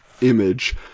image